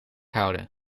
houden